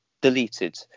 deleted